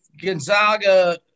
Gonzaga